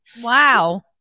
Wow